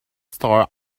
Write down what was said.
store